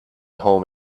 home